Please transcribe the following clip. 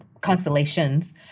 constellations